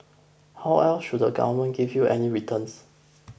how else should the government give you any returns